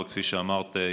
כפי שאמרת,